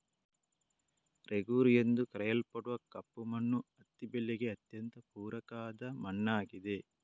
ರೇಗೂರ್ ಎಂದು ಕರೆಯಲ್ಪಡುವ ಕಪ್ಪು ಮಣ್ಣು ಹತ್ತಿ ಬೆಳೆಗೆ ಅತ್ಯಂತ ಪೂರಕ ಆದ ಮಣ್ಣಾಗಿದೆ